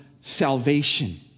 salvation